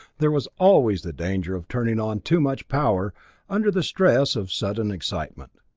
there was always the danger of turning on too much power under the stress of sudden excitement.